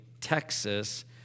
Texas